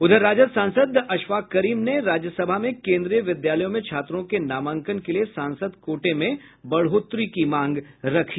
उधर राजद सांसद अशफाक करीम ने राज्यसभा में केन्द्रीय विद्यालयों में छात्रों के नामांकन के लिये सांसद कोटे में बढ़ोतरी की मांग रखी